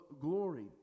glory